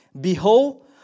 Behold